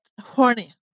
horny